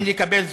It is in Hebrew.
אין לקבל זאת.